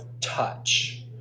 touch